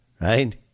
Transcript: right